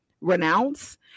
renounce